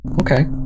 okay